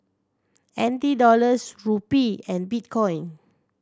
N T Dollars Rupee and Bitcoin